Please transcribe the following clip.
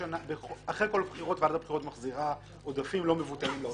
אחרי כל בחירות ועדת הבחירות מחזירה עודפים לא מבוטלים לאוצר.